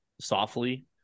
softly